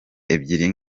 ebyiri